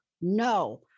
No